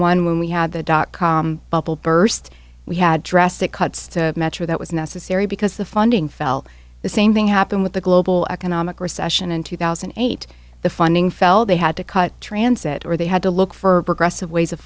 one when we had the dot com bubble burst we had drastic cuts to metro that was necessary because the funding fell the same thing happened with the global economic recession in two thousand and eight the funding fell they had to cut transit or they had to look for progressive ways of